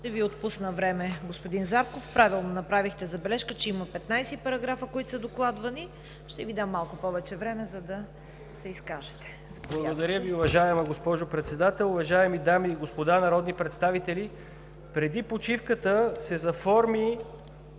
Ще Ви отпусна време, господин Зарков. Правилно направихте забележка, че има 15 параграфа, които са докладвани. Ще Ви дам малко повече време, за да се изкажете. КРУМ ЗАРКОВ (БСП за България): Благодаря Ви, уважаема госпожо Председател. Уважаеми дами и господа народни представители! Преди почивката се заформи